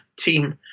team